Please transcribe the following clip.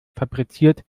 fabriziert